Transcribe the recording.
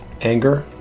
anger